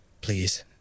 Please